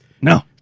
No